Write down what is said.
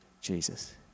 Jesus